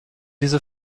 diese